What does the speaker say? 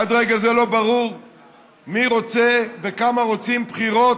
עד רגע זה לא ברור מי רוצה וכמה רוצים בחירות,